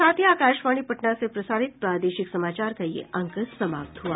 इसके साथ ही आकाशवाणी पटना से प्रसारित प्रादेशिक समाचार का ये अंक समाप्त हआ